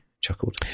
chuckled